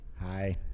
Hi